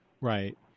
Right